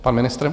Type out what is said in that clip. Pan ministr?